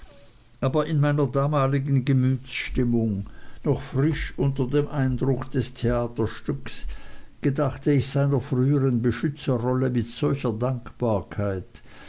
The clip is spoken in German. aber in meiner damaligen gemütsstimmung noch frisch unter dem eindruck des theaterstücks gedachte ich seiner frühern beschützerrolle mit solcher dankbarkeit